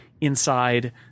inside